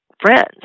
friends